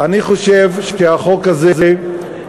אני חושב שהחוק הזה,